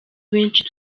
abenshi